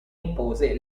impose